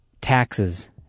taxes